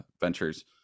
ventures